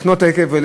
לקנות את היקב.